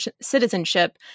citizenship